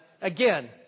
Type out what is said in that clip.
again